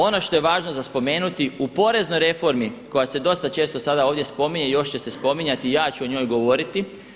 Ono što je važno za spomenuti u poreznoj reformi koja se dosta često sada ovdje spominje i još će se spominjati, ja ću o njoj govoriti.